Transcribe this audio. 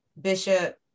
Bishop